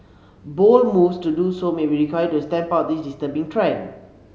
bold moves to do so may be required to stamp out this disturbing trend